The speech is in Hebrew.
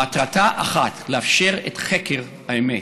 מטרתה אחת: לאפשר את חקר האמת.